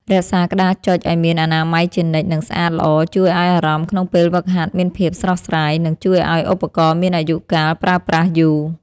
រក្សាក្តារចុចឱ្យមានអនាម័យជានិច្ច និងស្អាតល្អជួយឱ្យអារម្មណ៍ក្នុងពេលហ្វឹកហាត់មានភាពស្រស់ស្រាយ និងជួយឱ្យឧបករណ៍មានអាយុកាលប្រើប្រាស់យូរ។